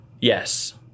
Yes